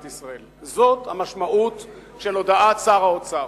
ישראל זאת המשמעות של הודעת שר האוצר.